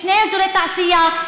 שני אזורי תעשייה,